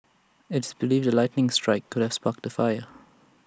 it's believed A lightning strike could have sparked the fire